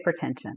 hypertension